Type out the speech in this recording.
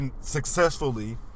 Successfully